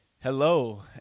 Hello